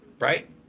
right